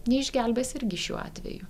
neišgelbės irgi šiuo atveju